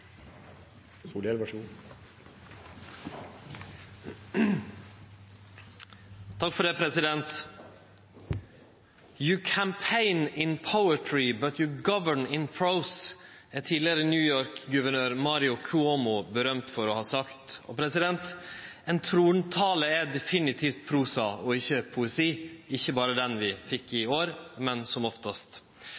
offensive, og så håper jeg at vi nå får realisert masse gode vindparkprosjekter fremover. Replikkordskiftet er omme. «You campaign in poetry. You govern in prose» er den tidlegare New York-guvernøren Mario Cuomo berømt for å ha sagt. Ein trontale er definitivt prosa og ikkje poesi – ikkje berre den vi fekk i